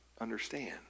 understand